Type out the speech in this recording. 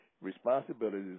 responsibilities